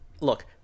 look